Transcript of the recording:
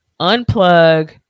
Unplug